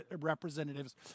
Representatives